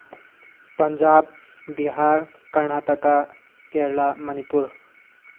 Punjab Bihar Karnataka Kerala Manipur